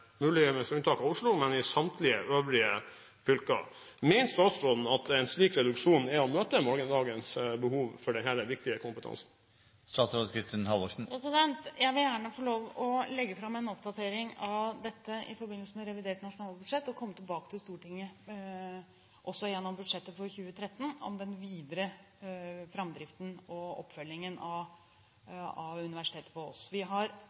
med unntak av Oslo. Mener statsråden at en slik reduksjon er å møte morgendagens behov for denne viktige kompetansen? Jeg vil gjerne få lov å legge fram en oppdatering av dette i forbindelse med revidert nasjonalbudsjett og komme tilbake til Stortinget også i budsjettet for 2013 om den videre framdriften og oppfølgingen av universitetet på Ås. Vi har